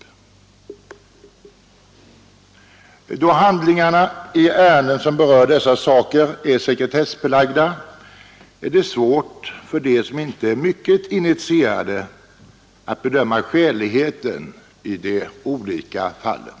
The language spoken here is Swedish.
Då rådens ämbetsutövhandlingarna i ärenden som berör dessa saker är sekretessbelagda är det — Ning m.m. svårt för dem som inte är mycket initierade att bedöma skäligheten i de olika fallen.